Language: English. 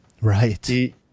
right